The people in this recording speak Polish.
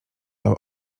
lał